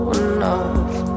enough